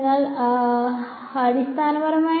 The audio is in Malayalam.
അതിനാൽ അടിസ്ഥാനപരമായി